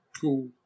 Cool